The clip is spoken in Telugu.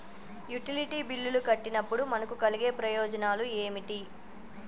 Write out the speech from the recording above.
యుటిలిటీ బిల్లులు కట్టినప్పుడు మనకు కలిగే ప్రయోజనాలు ఏమిటి?